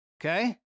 Okay